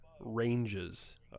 ranges